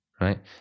right